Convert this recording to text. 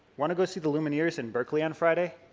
want to go see the lumineers in berkeley on friday?